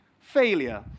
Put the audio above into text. failure